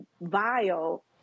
vile